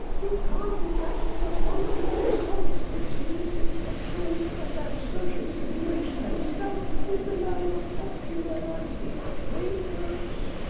you can't imagine what wonderful results this municipal control of that social situation has done in the line of popularising plain girls.